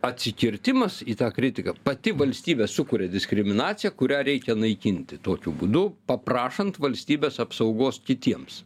atsikirtimas į tą kritiką pati valstybė sukuria diskriminaciją kurią reikia naikinti tokiu būdu paprašant valstybės apsaugos kitiems